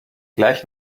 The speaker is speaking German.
gleich